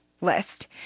list